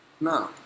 No